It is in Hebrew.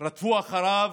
הם רדפו אחריו